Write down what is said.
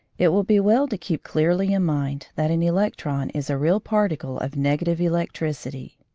it will be well to keep clearly in mind that an electron is a real particle of negative electricity.